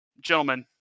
Gentlemen